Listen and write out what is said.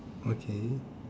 okay